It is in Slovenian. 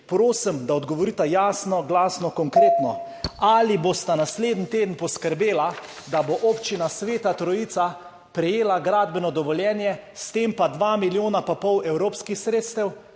Prosim, da odgovorita jasno, glasno, konkretno, ali bosta naslednji teden poskrbela, da bo Občina Sveta Trojica prejela gradbeno dovoljenje, s tem pa dva milijona in pol evropskih sredstev,